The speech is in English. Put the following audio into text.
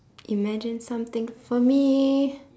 imagine something for me